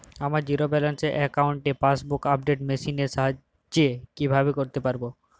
আমার zero balance অ্যাকাউন্টে passbook update machine এর সাহায্যে কীভাবে করতে পারব?